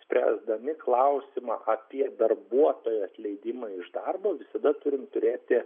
spręsdami klausimą apie darbuotojo atleidimą iš darbo visada turim turėti